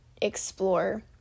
explore